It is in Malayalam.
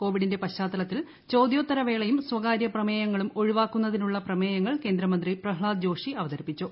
കോവിഡിന്റെ പശ്ചാത്തലത്തിൽ ചോദ്യോത്തര വേളയും സ്ഥകാര്യ പ്രമേയങ്ങളും ഒഴിവാക്കുന്നതിനുള്ള പ്രമേയങ്ങൾ കേന്ദ്രമന്ത്രി പ്രഹ്നാദ് ജോഷി അവതരിപ്പിച്ചു